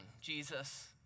Jesus